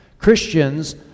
Christians